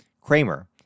Kramer